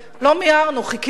לא מיהרנו, חיכינו.